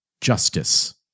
justice